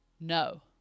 No